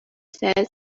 says